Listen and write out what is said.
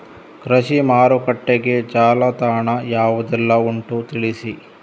ಕೃಷಿ ಮಾರುಕಟ್ಟೆಗೆ ಜಾಲತಾಣ ಯಾವುದೆಲ್ಲ ಉಂಟು ತಿಳಿಸಿ